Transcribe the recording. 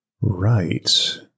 Right